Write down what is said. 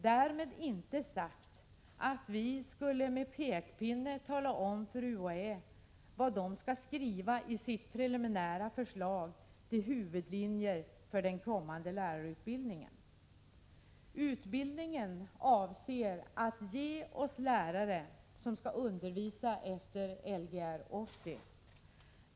Därmed inte sagt att vi skall med pekpinne tala om vad UHÄ skall skriva i sitt preliminära förslag till huvudlinjer för den kommande lärarutbildningen. Utbildningen är avsedd för lärare som skall undervisa efter Lgr 80.